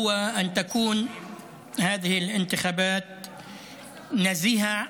היא שהבחירות האלה יהיו נקיות,